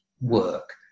work